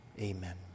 Amen